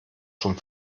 schon